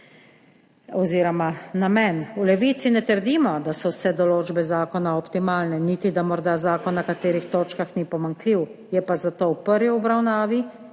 oziroma namen. V Levici ne trdimo, da so vse določbe zakona optimalne, niti da morda zakon na katerih točkah ni pomanjkljiv, je pa zato v prvi obravnavi